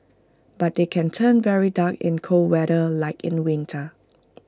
but they can turn very dark in cold weather like in the winter